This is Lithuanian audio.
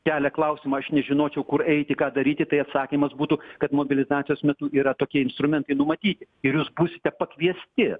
kelia klausimą aš nežinočiau kur eiti ką daryti tai atsakymas būtų kad mobilizacijos metu yra tokie instrumentai numatyti ir jūs būsite pakviesti